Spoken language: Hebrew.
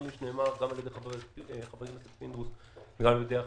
נאמר גם על ידי חבר הכנסת פינדרוס וגם על ידי אחרים,